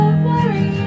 worry